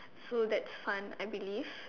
so that's fun I believe